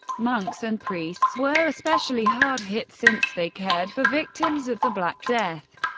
monks and priests were especially hard-hit since they cared for victims of the black death.